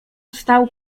stał